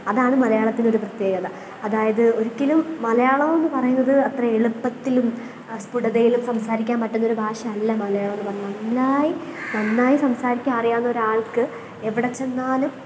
അതാണ് മലയാളത്തിനൊരു പ്രത്യേകത അതായത് ഒരിക്കലും മലയാളമെന്ന് പറയുന്നത് അത്ര എളുപ്പത്തിലും ആ സ്പുടതയിലും സംസാരിക്കാന് പറ്റുന്നൊരു ഭാഷയല്ല മലയാളമെന്നു പറഞ്ഞാല് നന്നായി നന്നായി സംസാരിക്കാന് അറിയാവുന്നൊരാള്ക്ക് എവിടെ ചെന്നാലും